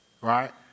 right